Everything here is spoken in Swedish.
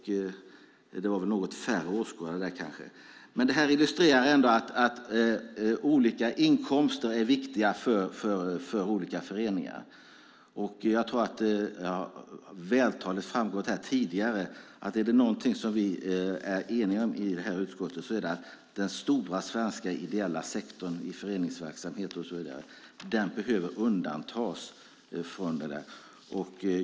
Det var kanske lite färre åskådare där. Detta illustrerar ändå att olika inkomster är viktiga för olika föreningar. Det har vältaligt framgått här tidigare att om det är någonting som vi är eniga om i detta utskott är det att den stora svenska ideella sektorn i föreningsverksamhet och så vidare behöver undantas från moms.